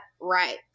right